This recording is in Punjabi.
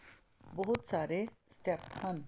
ਬਹੁਤ ਸਾਰੇ ਸਟੈਪ ਹਨ